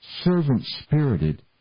servant-spirited